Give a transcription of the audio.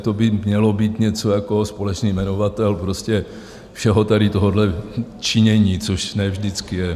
To by mělo být něco jako společný jmenovatel všeho tady tohohle činění, což ne vždycky je.